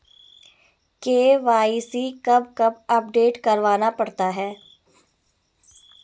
KYC कब कब update करवाना पड़ता है?